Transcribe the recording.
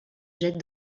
jette